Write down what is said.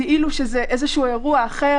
כאילו זה אירוע אחר